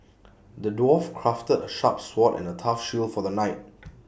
the dwarf crafted A sharp sword and A tough shield for the knight